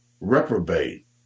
reprobate